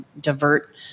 divert